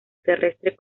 terrestres